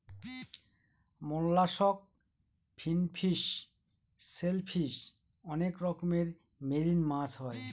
mollusc, finfish, shellfish অনেক রকমের marine মাছ হয়